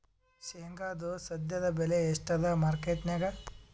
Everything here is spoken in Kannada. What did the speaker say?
ಶೇಂಗಾದು ಸದ್ಯದಬೆಲೆ ಎಷ್ಟಾದಾ ಮಾರಕೆಟನ್ಯಾಗ?